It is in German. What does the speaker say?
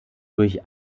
durch